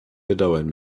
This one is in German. bedauern